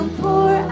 pour